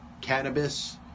Cannabis